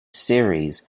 series